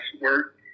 work